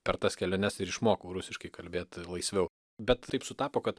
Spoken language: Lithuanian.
per tas keliones ir išmokau rusiškai kalbėti laisviau bet taip sutapo kad